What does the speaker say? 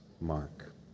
Mark